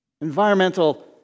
Environmental